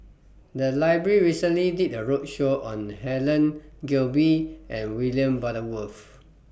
The Library recently did A roadshow on Helen Gilbey and William Butterworth